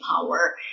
power